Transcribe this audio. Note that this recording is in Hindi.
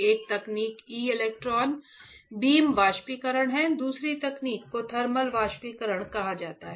एक तकनीक ई इलेक्ट्रॉन बीम वाष्पीकरण है दूसरी तकनीक को थर्मल वाष्पीकरण कहा जाता है